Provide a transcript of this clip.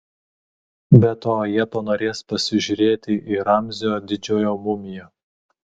be to jie panorės pasižiūrėti į ramzio didžiojo mumiją